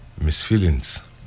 misfeelings